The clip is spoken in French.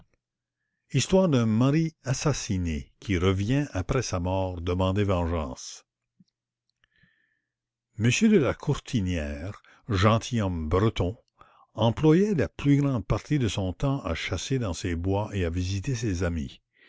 histoire d'un mari assassiné qui revient après sa mort demander vengeance m de la courtinière gentilhomme breton employait la plus grande partie de son tems à chasser dans ses bois et à visiter ses amis